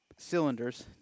cylinders